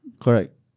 Correct